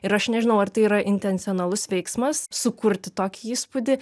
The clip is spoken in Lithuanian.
ir aš nežinau ar tai yra intencionalus veiksmas sukurti tokį įspūdį